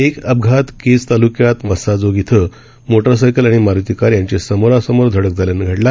एक अपघात केज तालुक्यात मस्साजोग इथं मोटरसायकल आणी मारुती कार यांची समोरा समोर धडक झाल्यानं घडला